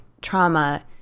trauma